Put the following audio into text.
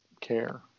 care